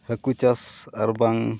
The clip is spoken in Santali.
ᱦᱟᱹᱠᱩ ᱪᱟᱥ ᱟᱨᱵᱟᱝ